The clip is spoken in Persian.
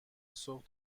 صبح